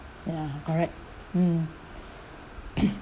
ya correct